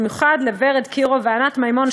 במיוחד לוורד קירו וענת מימון,